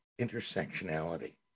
intersectionality